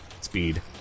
Speed